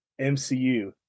mcu